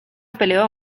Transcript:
peleó